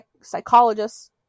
psychologists